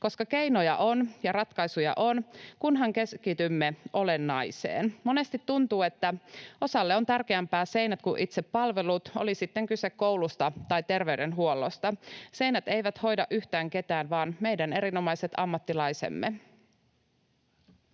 koska keinoja on ja ratkaisuja on, kunhan keskitymme olennaiseen. Monesti tuntuu, että osalle on tärkeämpää seinät kuin itse palvelut, oli sitten kyse koulusta tai terveydenhuollosta. Seinät eivät hoida yhtään ketään vaan meidän erinomaiset ammattilaisemme.